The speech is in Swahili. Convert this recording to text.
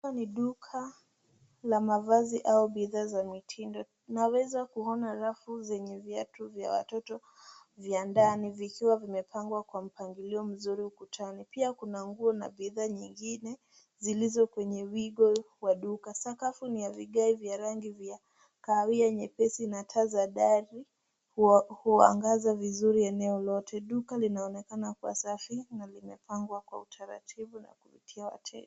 Hili ni duka la mavazi au bidhaa za mitindo tunaweza kuona rafu zenye viatu za watoto vya ndani vikiwa vimepagwa kwa mpangilio mzuri ukutani pia kuna nguo na bidhaa nyengine zilizo kwenye weegle wa duka. Sakafu ni ya vigae vya rangi vya kahawia nyepesi na taa za dari huanga vizuri eneo lote. Duka linaonekana kuwa safi na limepangwa kwa utaratibu.